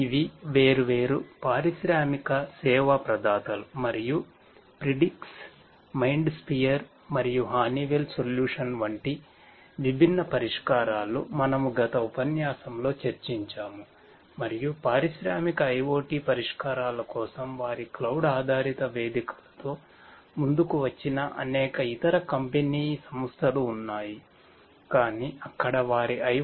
ఇవి వేర్వేరు పారిశ్రామిక సేవా ప్రదాతలు మరియు ప్రిడిక్స్ అభివృద్ధి సంస్థలు వున్నఇ